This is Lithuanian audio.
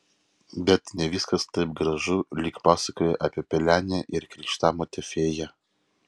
bet ne viskas taip gražu lyg pasakoje apie pelenę ir krikštamotę fėją